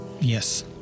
Yes